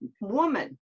woman